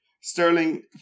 Sterling